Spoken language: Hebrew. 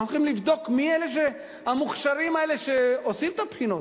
אנחנו הולכים לבדוק מי המוכשרים האלה שעושים את הבחינות,